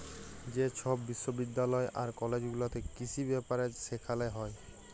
যে ছব বিশ্ববিদ্যালয় আর কলেজ গুলাতে কিসি ব্যাপারে সেখালে হ্যয়